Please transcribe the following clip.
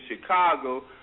Chicago